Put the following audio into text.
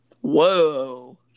whoa